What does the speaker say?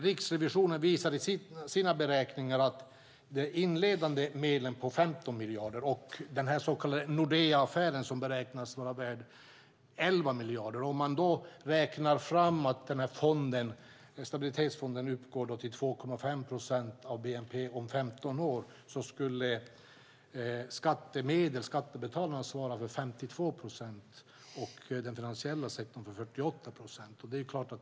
Riksrevisionen visar i sina beräkningar att om man räknar att Stabilitetsfonden om 15 år uppgår till 2,5 procent av bnp skulle skattebetalarna svara för 52 procent och den finansiella sektorn för 48 procent - detta utifrån att vi har de inledande medlen på 15 miljarder och den så kallade Nordeaaffären som beräknas vara värd 11 miljarder.